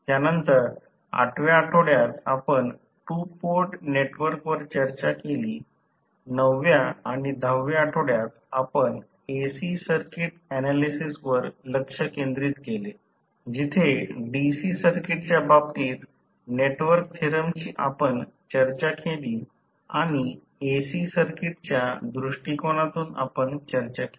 त्यानंतर 8 व्या आठवड्यात आपण 2 पोर्ट नेटवर्क वर चर्चा केली 9 व्या आणि 10 व्या आठवड्यात आपण AC सर्किट ऍनालिसिस वर लक्ष केंद्रित केले जेथे DC सर्किटच्या बाबतीत नेटवर्क थेरमची आपण चर्चा केली आणि AC सर्किटच्या दृष्टिकोनातून आपण चर्चा केली